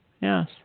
yes